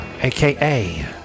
aka